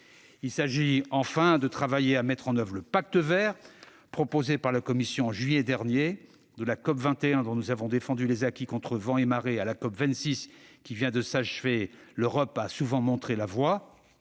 Il s'agit, enfin, de travailler à mettre en oeuvre le Pacte vert proposé par la Commission en juillet dernier. De la COP21, dont nous avons défendu les acquis contre vents et marées, à la COP26 qui vient de s'achever, l'Europe a souvent montré la voie.